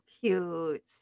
cute